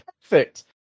Perfect